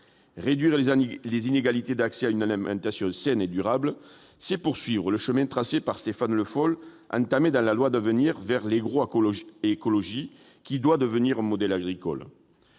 Réduire les inégalités d'accès à une alimentation saine et durable, c'est poursuivre le chemin tracé par Stéphane Le Foll, entamé dans la loi d'avenir vers l'agroécologie, qui doit devenir un modèle agricole.